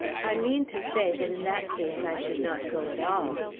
i mean to say that in that case i should not go at all.